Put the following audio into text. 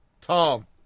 Tom